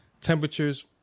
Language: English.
temperatures